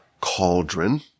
cauldron